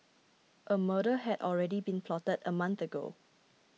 a murder had already been plotted a month ago